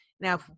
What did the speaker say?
Now